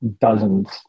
dozens